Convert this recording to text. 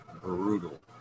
brutal